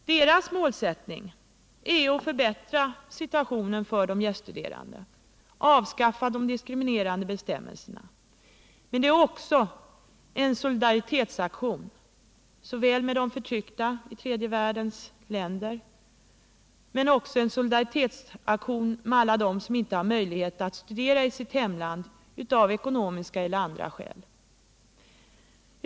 Föreningens målsättning är att förbättra situationen för de gäststuderande och avskaffa de diskriminerande bestämmelserna, men man vill också göra en solidaritetsaktion för de förtryckta i tredje världen och för alla dem som inte har möjlighet att studera i sitt hemland av ekonomiska eller andra skäl.